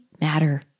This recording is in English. matter